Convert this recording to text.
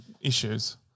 issues